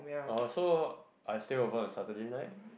oh so I stay over on Saturday night